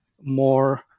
more